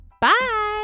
Bye